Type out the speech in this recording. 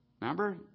Remember